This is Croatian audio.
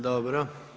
Dobro.